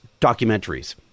documentaries